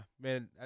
man